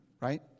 right